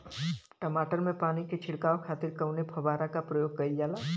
टमाटर में पानी के छिड़काव खातिर कवने फव्वारा का प्रयोग कईल जाला?